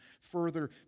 further